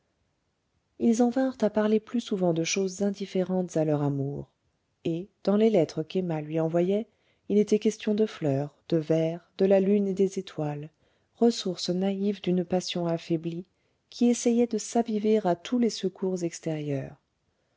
ils en vinrent à parler plus souvent de choses indifférentes à leur amour et dans les lettres qu'emma lui envoyait il était question de fleurs de vers de la lune et des étoiles ressources naïves d'une passion affaiblie qui essayait de s'aviver à tous les secours extérieurs